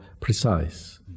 precise